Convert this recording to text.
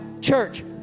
church